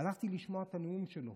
הלכתי לשמוע את הנאום שלו